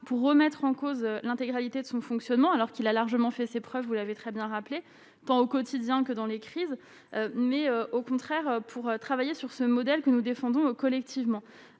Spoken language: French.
pour remettre en cause l'intégralité de son fonctionnement, alors qu'il a largement fait ses preuves, vous l'avez très bien rappelé tend au quotidien que dans les crises, mais au contraire pour travailler sur ce modèle que nous défendons collectivement